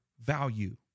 value